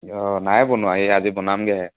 অঁ নাই বনোৱা এই আজি বনামগৈহে